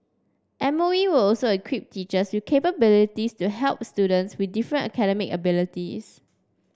M O E will also equip teachers with capabilities to help students with different academic abilities